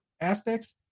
aspects